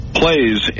plays